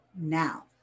Now